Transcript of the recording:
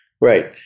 Right